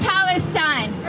Palestine